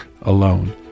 alone